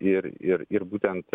ir ir ir būtent